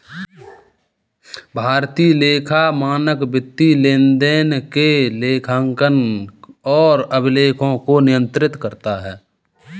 भारतीय लेखा मानक वित्तीय लेनदेन के लेखांकन और अभिलेखों को नियंत्रित करता है